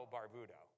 Barbudo